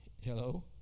Hello